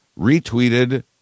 retweeted